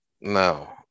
Now